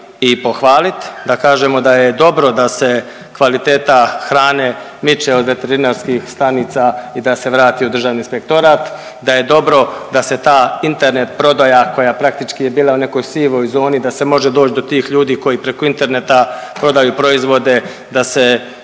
i pohvalit, da kažemo da je dobro da se kvaliteta hrane miče od veterinarskih stanica i da se vrati u Državni inspektorat, da je dobro da se ta Internet prodaja koja praktički je bila u nekoj sivoj zoni da se može doći do tih ljudi koji preko interneta prodaju proizvode, da se